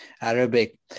Arabic